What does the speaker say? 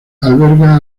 alberga